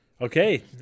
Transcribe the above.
Okay